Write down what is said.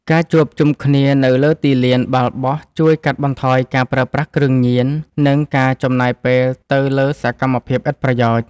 ការជួបជុំគ្នានៅលើទីលានបាល់បោះជួយកាត់បន្ថយការប្រើប្រាស់គ្រឿងញៀន និងការចំណាយពេលទៅលើសកម្មភាពឥតប្រយោជន៍។